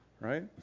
right